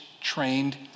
trained